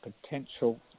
potential